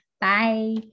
Bye